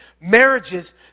marriages